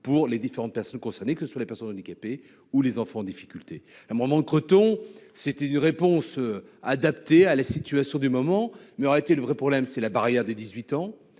pour les différentes personnes concernées, que sur les personnes handicapées ou les enfants en difficulté un moment Creton, c'était une réponse adaptée à la situation du moment, mais aura été le vrai problème c'est la barrière des 18 ans,